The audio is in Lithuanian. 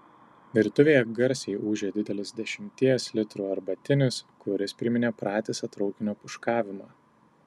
virtuvėje garsiai ūžė didelis dešimties litrų arbatinis kuris priminė pratisą traukinio pūškavimą